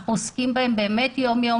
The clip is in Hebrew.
אנחנו עוסקם בהן יום-יום.